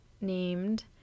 named